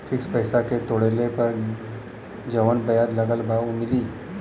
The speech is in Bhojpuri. फिक्स पैसा के तोड़ला पर जवन ब्याज लगल बा उ मिली?